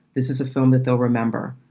this is a film that they'll remember.